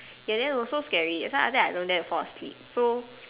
ya then was so scary that's why I think I don't dare to fall asleep so